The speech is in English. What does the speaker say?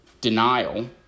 denial